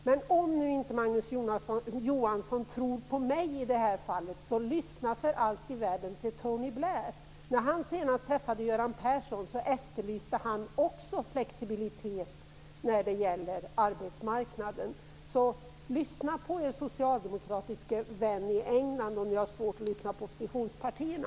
Men om nu inte Magnus Johansson tror på mig i det här fallet, lyssna för allt i världen i stället på Tony Blair! När denne senast träffade Göran Persson efterlyste också han flexibilitet beträffande arbetsmarknaden. Så lyssna på er socialdemokratiske vän i Storbritannien, om ni har svårt att lyssna på oppositionspartierna!